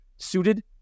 suited